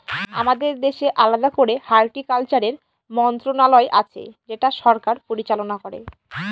আমাদের দেশে আলাদা করে হর্টিকালচারের মন্ত্রণালয় আছে যেটা সরকার পরিচালনা করে